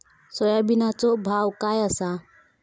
सोयाबीनचो भाव काय आसा?